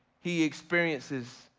he experiences,